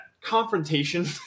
confrontation